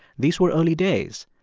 these were early days.